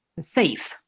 safe